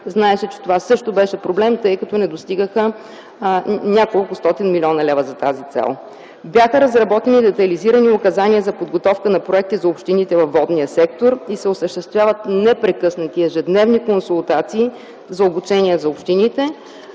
Знаете, че това също беше проблем, тъй като не достигнаха неколкостотин милиона за тази цел. Бяха разработени и детайлизирани указания за подготовка на проекти за общините във водния сектор и се осъществяват непрекъснати, ежедневни консултации за обучение на общините.